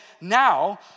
now